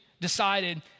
decided